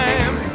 Time